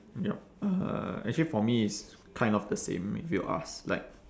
yup uh actually for me it's kind of the same if you ask like